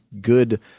good